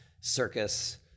circus